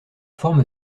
forme